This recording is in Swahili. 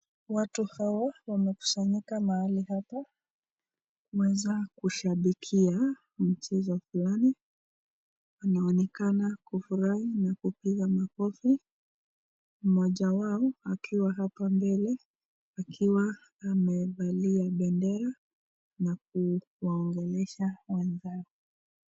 Watu hawa wamekusanyika mahali hapa kuweza kushabikia mchezo fulani. Wanaonekana kufurahi na kupiga makofi, mmoja wao akiwa hapa mbele, akiwa amevalia bendera na kuongelesha wenzake.